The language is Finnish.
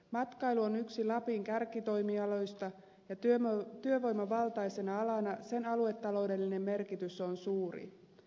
matkailu on yksi lapin kärkitoimialoista ja työvoimavaltaisena alana sen aluetaloudellinen merkitys on suuri